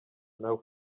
nawe